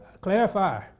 clarify